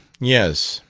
yes,